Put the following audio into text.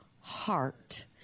heart